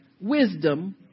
wisdom